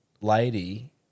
lady